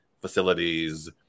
facilities